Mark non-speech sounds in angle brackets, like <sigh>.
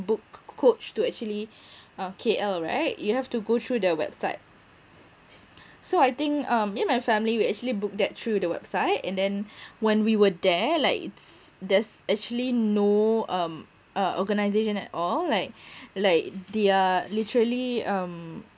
book coach to actually <breath> uh K_L right you have to go through the website <breath> so I think um me and my family we actually booked that through the website and then <breath> when we were there like it's there's actually no um uh organisation at all like <breath> like there are literally um